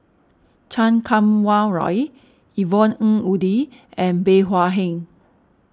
Chan Kum Wah Roy Yvonne Ng Uhde and Bey Hua Heng